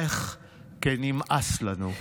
לך כי נמאס לנו.